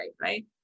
right